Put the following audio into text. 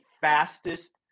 fastest